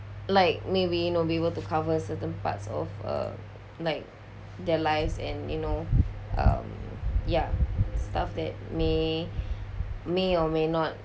like maybe you know be able to cover certain parts of uh like their lives and you know uh ya stuff that may may or may not